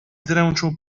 dręczył